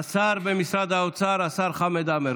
השר במשרד האוצר, השר חמד עמאר.